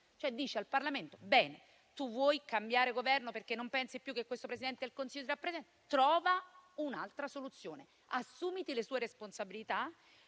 dicendogli: bene, tu vuoi cambiare Governo perché non pensi più che questo Presidente del Consiglio ti rappresenti? Trova un'altra soluzione: assumiti le sue responsabilità,